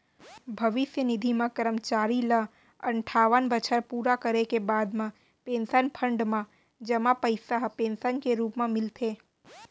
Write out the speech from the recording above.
भविस्य निधि म करमचारी ल अनठावन बछर पूरे के बाद म पेंसन फंड म जमा पइसा ह पेंसन के रूप म मिलथे